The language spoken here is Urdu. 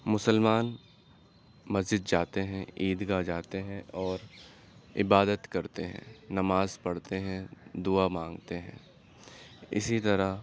مسلمان مسجد جاتے ہیں عید گاہ جاتے ہیں اور عبادت کرتے ہیں نماز پڑھتے ہیں دعا مانگتے ہیں اسی طرح